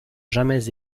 jamais